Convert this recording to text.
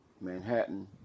Manhattan